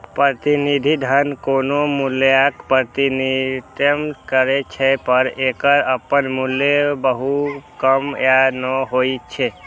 प्रतिनिधि धन कोनो मूल्यक प्रतिनिधित्व करै छै, पर एकर अपन मूल्य बहुत कम या नै होइ छै